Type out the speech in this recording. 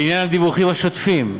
לעניין הדיווחים השוטפים,